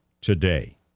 today